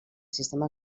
sistema